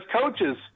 coaches